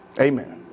Amen